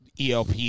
elp